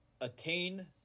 attain